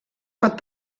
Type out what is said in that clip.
pot